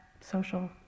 social